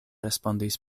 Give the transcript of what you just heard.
respondis